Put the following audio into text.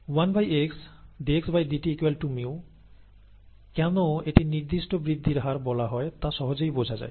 1 x dxdt μ কেন এটি নির্দিষ্ট বৃদ্ধির হার বলা হয় তা সহজেই বোঝা যায়